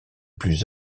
plus